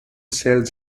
cells